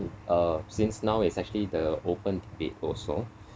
uh since now is actually the open debate also